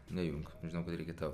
nejunk žinau kad reikia tau